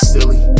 Silly